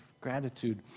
gratitude